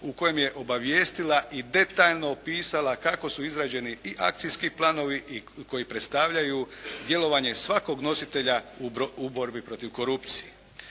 u kojem je obavijestila i detaljno opisala kako su izrađeni i akcijski planovi koji predstavljaju djelovanje svakog nositelja u borbi protiv korupcije.